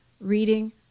reading